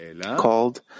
called